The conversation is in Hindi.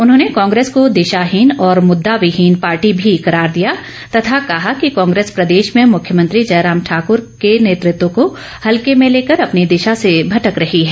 उन्होंने कांग्रेस को दिशाहीन और मुद्दावहीन पार्टी भी करार दिया तथा कहा कि कांग्रेस प्रदेश में मुख्यमंत्री जयराम ठाकुर के नेतृत्व को हल्के में लेकर अपनी दिशा से भटक रही है